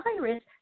virus